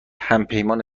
همپیمان